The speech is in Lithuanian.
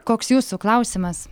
koks jūsų klausimas